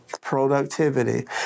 productivity